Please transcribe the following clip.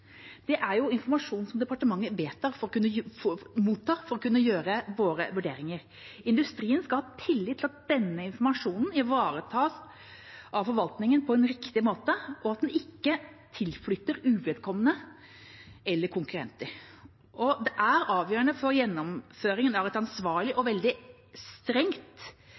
Det er informasjon som departementet mottar for å kunne gjøre sine vurderinger. Industrien skal ha tillit til at denne informasjonen ivaretas av forvaltningen på en riktig måte, og at den ikke tilflyter uvedkommende eller konkurrenter. Det er avgjørende for gjennomføringen av et ansvarlig og veldig strengt